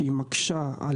שמקשה,